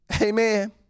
amen